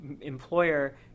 employer